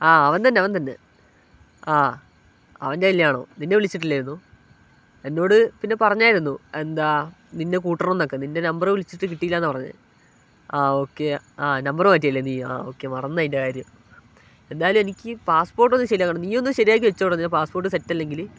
ആ അവൻ തന്നെ അവൻ തന്നെ ആ അവൻ്റെ കല്യാണമാണ് നിന്നേ വിളിച്ചിട്ടില്ലായിരുന്നു എന്നോട് പിന്നെ പറഞ്ഞായിരുന്നു എന്താ നിന്നേ കൂട്ടണം എന്നൊക്കെ നിൻ്റെ നമ്പറിൽ വിളിച്ചിട്ട് കിട്ടിയില്ല പറഞ്ഞത് ആ ഓക്കെ ആ നമ്പറ് മാറ്റിയല്ലേ നീയ് ആ ഓക്കെ മറന്ന് അതിൻ്റെ കാര്യം എന്തായാലും എനിക്ക് പാസ്സ്പോർട്ടോന്ന് ശെരിയാക്കണം നീ ഒന്ന് ശരിയാക്കി വെച്ചോടാ നിന്റെ പാസ്പോർട്ട് സെറ്റല്ലങ്കില്